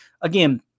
again